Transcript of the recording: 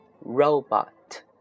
Robot